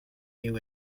you